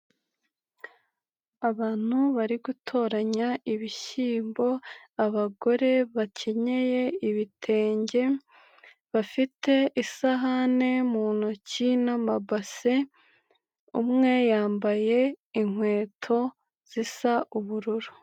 Abantu bari gutoranya ibishyimbo, abagore bakenyeye ibitenge bafite isahani mu ntoki n'amabase, umwe yambaye inkweto zisa ubururu.